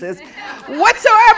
whatsoever